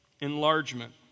Enlargement